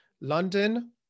London